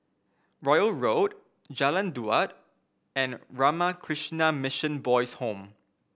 Royal Road Jalan Daud and Ramakrishna Mission Boys' Home